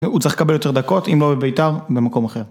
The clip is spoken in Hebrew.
הוא צריך לקבל יותר דקות, אם לא בביתר, במקום אחר.